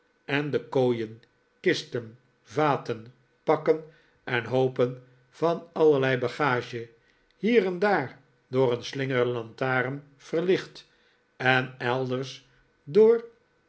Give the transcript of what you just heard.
en de kooien kisten vaten pakken en hoopen van allerlei bagage hier en daar door een slingerende lantaarn verlicht en elders door